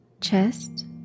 chest